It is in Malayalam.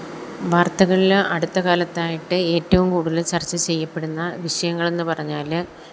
വാര്ത്തകളിൽ അടുത്ത കാലത്തായിട്ട് ഏറ്റവും കൂടുതൽ ചര്ച്ച ചെയ്യപ്പെടുന്ന വിഷയങ്ങളെന്നു പറഞ്ഞാൽ